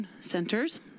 Centers